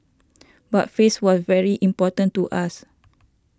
but face was very important to us